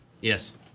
Yes